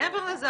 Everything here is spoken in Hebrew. מעבר לזה,